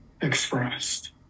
expressed